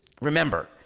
remember